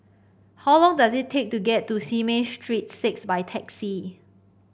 how long does it take to get to Simei Street Six by taxi